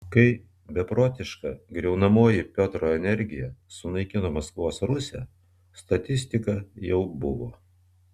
kai beprotiška griaunamoji piotro energija sunaikino maskvos rusią statistika jau buvo